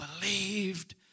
believed